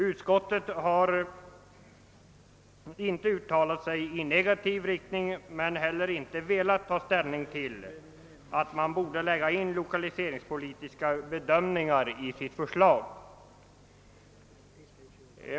Utskottet har inte uttalat sig negativt, men har heller inte velat lägga in lokaliseringspolitiska bedömningar i sitt förslag.